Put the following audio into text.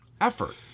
effort